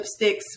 lipsticks